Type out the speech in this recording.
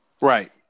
Right